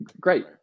great